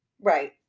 right